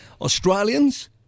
Australians